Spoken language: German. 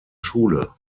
schule